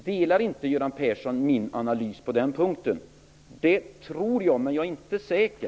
Instämmer inte Göran Persson i min analys på den punkten? Jag tror det, men jag är inte säker.